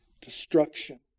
destruction